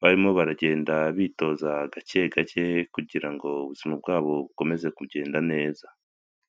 barimo baragenda bitoza gake gake, kugirango ubuzima bwabo bukomeze kugenda neza.